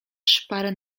szparę